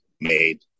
made